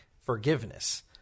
forgiveness